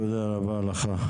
תודה רבה לך.